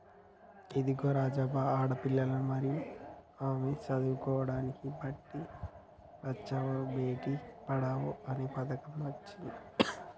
ఇదిగో రాజవ్వ ఆడపిల్లలను మరియు ఆమె చదువుకోడానికి బేటి బచావో బేటి పడావో అన్న పథకం అచ్చింది